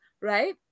right